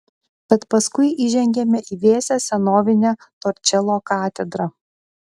bet paskui įžengiame į vėsią senovinę torčelo katedrą